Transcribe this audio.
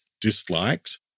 dislikes